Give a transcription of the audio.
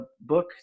book